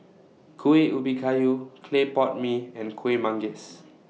Kuih Ubi Kayu Clay Pot Mee and Kueh Manggis